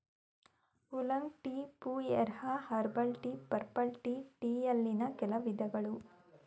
oolong tea, pu erh, herbal tea, purple tea ಟೀಯಲ್ಲಿನ್ ಕೆಲ ವಿಧಗಳು